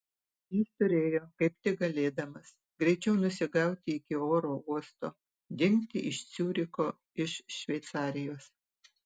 jis turėjo kaip tik galėdamas greičiau nusigauti iki oro uosto dingti iš ciuricho iš šveicarijos